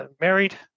married